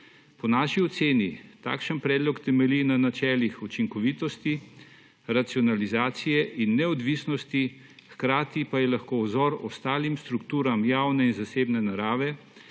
Po naši oceni takšen predlog temelji na načelih učinkovitosti, racionalizacije in neodvisnosti, hkrati pa je lahko vzor ostalim strukturam javne in zasebne narave,